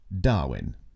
Darwin